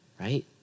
right